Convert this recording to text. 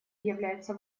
является